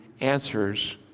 answers